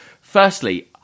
Firstly